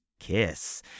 Kiss